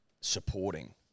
supporting